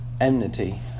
enmity